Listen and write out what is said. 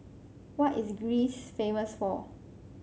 what is Greece famous for